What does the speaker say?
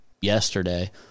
yesterday